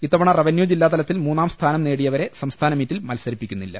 ഇത്തവണ റവന്യൂ ജില്ലാ തലത്തിൽ മൂന്നാം സ്ഥാനം നേടിയവരെ സംസ്ഥാന മീറ്റിൽ മത്സരിപ്പിക്കുന്നില്ല